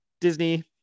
Disney